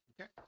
okay